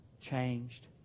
changed